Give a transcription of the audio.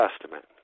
Testament